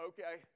Okay